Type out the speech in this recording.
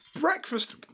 breakfast